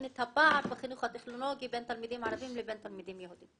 את הפער בחינוך הטכנולוגי בין תלמידים ערבים לבין תלמידים יהודים.